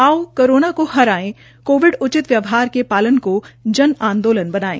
आओ कोरोना को हराए कोविड उचित व्यवहार के पालन को जन आंदोलन बनायें